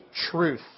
truth